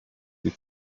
die